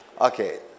Okay